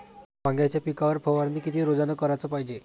वांग्याच्या पिकावर फवारनी किती रोजानं कराच पायजे?